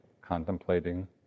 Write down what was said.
contemplating